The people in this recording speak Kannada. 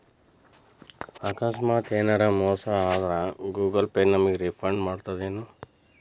ಆಕಸ್ಮಾತ ಯೆನರ ಮೋಸ ಆದ್ರ ಗೂಗಲ ಪೇ ನಮಗ ರಿಫಂಡ್ ಮಾಡ್ತದೇನು?